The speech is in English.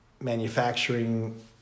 manufacturing